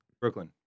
Brooklyn